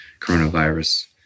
coronavirus